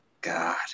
god